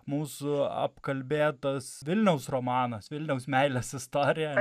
mūsų apkalbėtas vilniaus romanas vilniaus meilės istorija